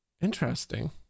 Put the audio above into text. interesting